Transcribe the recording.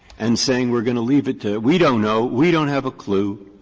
and saying we're going to leave it to we don't know, we don't have a clue.